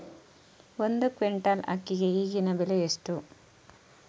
ಒಂದು ಕ್ವಿಂಟಾಲ್ ಅಕ್ಕಿಗೆ ಈಗಿನ ಬೆಲೆ ಎಷ್ಟು?